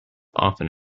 often